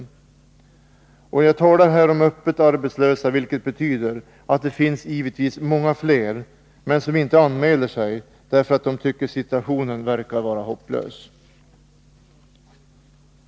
Jag talar här om de öppet arbetslösa, vilket betyder att det givetvis finns många fler men som inte anmäler sig, därför att de tycker att situationen är hopplös.